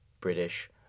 British